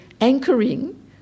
anchoring